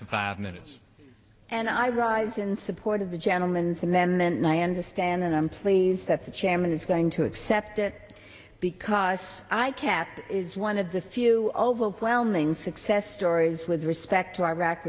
g five minutes and i rise in support of the gentlemens amendment and i understand and i'm pleased that the chairman is going to accept it because i kept is one of the few overwhelming success stories with respect to iraq